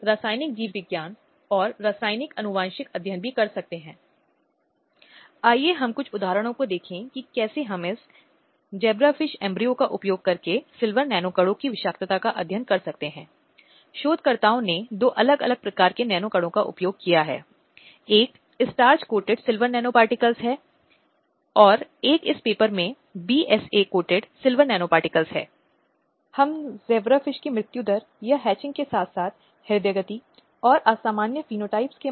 इसलिए यह बहुत आवश्यक है कि परिवार में कोई उपेक्षा और दुर्व्यवहार न हो कोई अधिमान्य उपचार नहीं है जो परिवार द्वारा किया जाता हो सभी बच्चों के मानवाधिकारों के लिए मूल्य हैं जो वहां हैं चाहे एक बालक हो या एक बालिका उन मूल्यों का संरक्षण और उन मूल्यों का पालन होना चाहिये